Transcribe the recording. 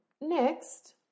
next